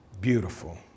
beautiful